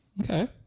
Okay